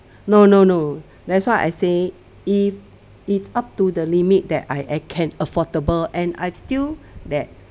no no no that's why I say if it's up to the limit that I I can affordable and I'm still that